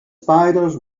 spiders